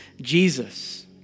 Jesus